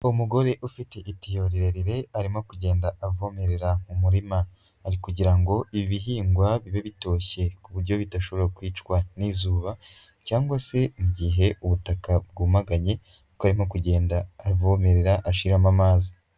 Umugore ufite itiyo rirerire arimo kugenda avomerera mu muririma, ari kugira ngo ibi bihingwa bibe bitoshye ku buryo bidashobora kwicwa n'izuba cyangwa se mu igihe ubutaka bwumaganye, kuko arimo kugenda avomerera ashyiramo amazi.